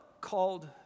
called